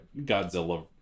godzilla